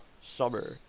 summer